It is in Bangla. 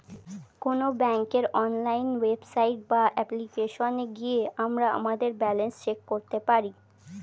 কোনো ব্যাঙ্কের অনলাইন ওয়েবসাইট বা অ্যাপ্লিকেশনে গিয়ে আমরা আমাদের ব্যালেন্স চেক করতে পারি